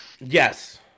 Yes